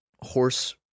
horse